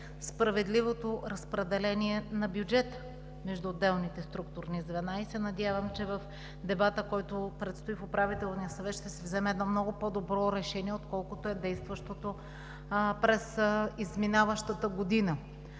справедливото разпределение на бюджета между отделните структурни звена. Надявам се, че в дебата, който предстои в Управителния съвет, ще се вземе едно много по-добро решение, отколкото е действащото през изминаващата година.